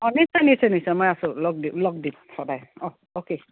অঁ নিশ্চয় নিশ্চয় নিশ্চয় মই আছোঁ লগ দিম লগ দিম সদায় অঁ অ'কে